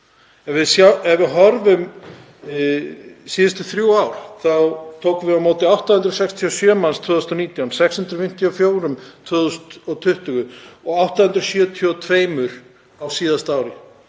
Ef við horfum á síðustu þrjú ár þá tókum við á móti 867 manns árið 2019, 654 árið 2020 og 872 á síðasta ári.